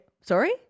Sorry